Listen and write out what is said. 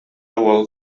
уол